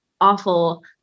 awful